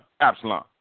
Absalom